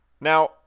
Now